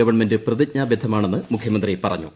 government പ്രതിജ്ഞാബദ്ധമാണെന്ന് മുഖ്യമന്ത്രി പറഞ്ഞു